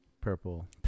purple